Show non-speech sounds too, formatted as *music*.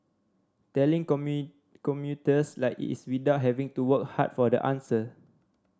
telling *unintelligible* commuters like it's without having to work hard for the answer